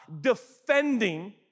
defending